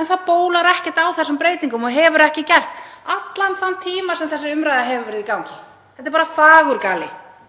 En það bólar ekkert á þessum breytingum og hefur ekki gert allan þann tíma sem þessi umræða hefur verið í gangi. Þetta er bara fagurgali,